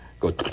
go